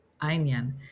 onion